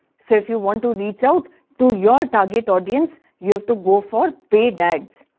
so if you want to reach out to your target audience you have to go for paid ads.